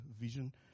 vision